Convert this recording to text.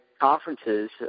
conferences